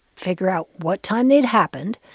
figure out what time they'd happened.